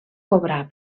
cobrar